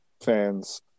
fans